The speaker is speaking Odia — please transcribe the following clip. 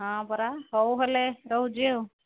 ହଁ ପରା ହଉ ହେଲେ ରହୁଛି ଆଉ